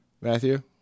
Matthew